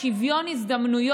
בהצעת החוק.